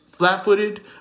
Flat-footed